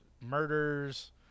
murders